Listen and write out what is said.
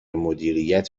مدیریت